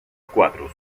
cuadros